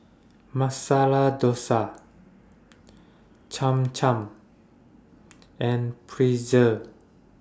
Masala Dosa Cham Cham and Pretzel